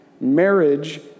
Marriage